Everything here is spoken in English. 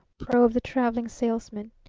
probed the traveling salesman.